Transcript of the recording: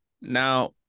now